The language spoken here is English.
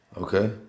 Okay